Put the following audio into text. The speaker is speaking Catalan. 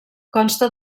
consta